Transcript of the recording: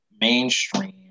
mainstream